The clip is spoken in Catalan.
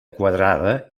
quadrada